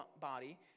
body